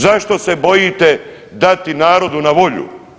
Zašto se bojite dati narodu na volju?